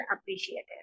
appreciated